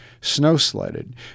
snow-sledded